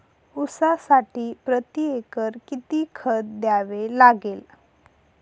ऊसासाठी प्रतिएकर किती खत द्यावे लागेल?